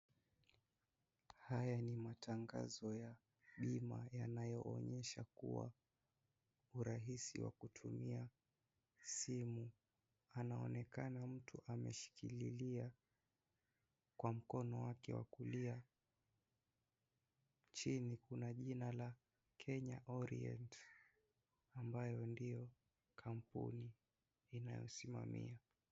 Haya ni matangazo ya bima yanayo onyesha kuwa urahisi WA kutumia simu. Anaonekana mtu ameshikililia kwa mkono wake wa kulia, chini kuna jina la Kenya orient ambayo ndiyo kampuni inayosimamia.